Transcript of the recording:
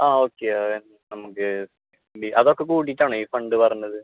ആ ഓക്കെ അതെ നമുക്ക് അതൊക്കെ കൂടിയിട്ടാണോ ഈ ഫണ്ട് പറഞ്ഞത്